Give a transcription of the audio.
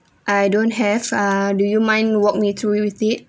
I don't have ah do you mind walk me through you tip